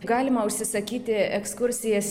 galima užsisakyti ekskursijas